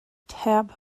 tab